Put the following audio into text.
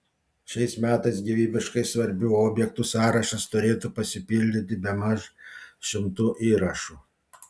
šiais metais gyvybiškai svarbių objektų sąrašas turėtų pasipildyti bemaž šimtu įrašų